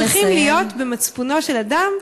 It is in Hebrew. הם צריכים להיות במצפונו של אדם.